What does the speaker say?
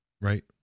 Right